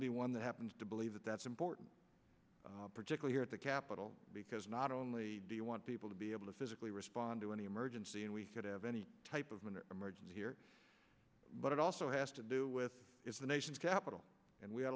to be one that happens to believe that that's important particularly at the capitol because not only do you want people to be able to physically respond to any emergency and we could have any type of an emergency here but it also has to do with the nation's capital and we ha